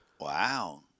Wow